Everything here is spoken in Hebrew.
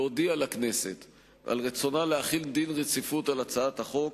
להודיע לכנסת על רצונה להחיל דין רציפות על הצעת החוק,